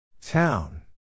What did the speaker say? Town